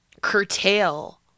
curtail